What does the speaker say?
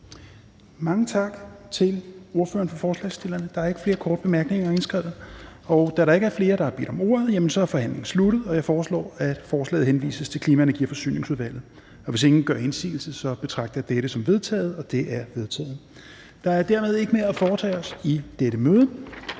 Mange tak til ordføreren for forslagsstillerne. Der er ikke flere indskrevet til korte bemærkninger. Da der ikke er flere, der har bedt om ordet, er forhandlingen sluttet. Jeg foreslår, at forslaget henvises til Klima-, Energi- og Forsyningsudvalget. Hvis ingen gør indsigelse, betragter jeg dette som vedtaget. Det er vedtaget. --- Kl. 14:29 Meddelelser fra formanden Fjerde